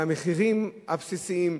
על מחירי המוצרים הבסיסיים,